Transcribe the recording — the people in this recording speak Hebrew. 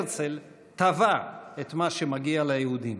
הרצל תבע את מה שמגיע ליהודים